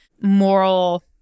moral